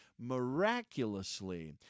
Miraculously